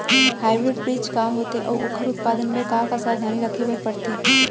Hybrid बीज का होथे अऊ ओखर उत्पादन बर का का सावधानी रखे बर परथे?